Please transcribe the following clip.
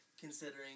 considering